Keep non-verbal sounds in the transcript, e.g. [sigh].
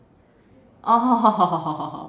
oh [laughs]